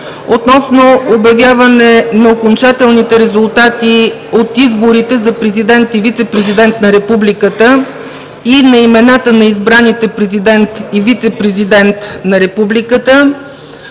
относно обявяване на окончателните резултати от изборите за президент и вицепрезидент на републиката и на имената на избраните президент и вицепрезидент на републиката